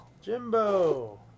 Jimbo